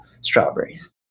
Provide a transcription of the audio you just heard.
strawberries